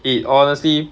it honestly